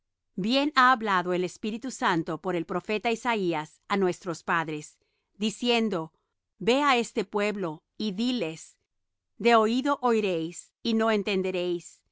bien ha hablado el espíritu santo por el profeta isaías á nuestros padres diciendo ve á este pueblo y di les de oído oiréis y no entenderéis